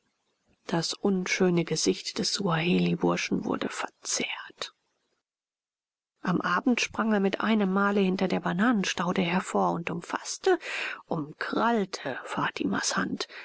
das unschöne gesicht des suaheliburschen wurde verzerrt am abend sprang er mit einem male hinter der bananenstaude hervor und umfaßte umkrallte fatimas hand